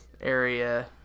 area